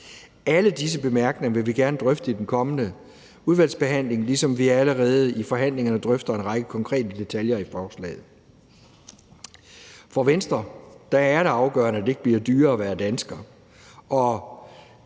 Alle disse bemærkninger vil vi gerne drøfte i den kommende udvalgsbehandling, ligesom vi allerede i forhandlingerne drøfter en række konkrete detaljer i forslaget. For Venstre er det afgørende, at det ikke bliver dyrere at være dansker.